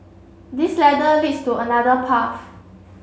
this ladder leads to another path